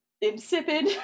insipid